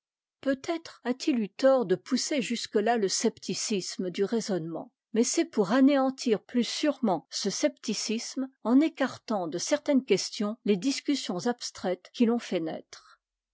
peut-être a t i eu tort de pousser jusque-là le scepticisme du raisonnement mais c'est pour anéantir plus sûrement ce scepticisme en écartant de certaines questions les discussions abstraites qui l'ont fait naître